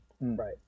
right